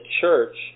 church